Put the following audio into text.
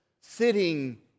sitting